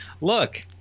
look